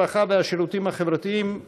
הרווחה והשירותים החברתיים,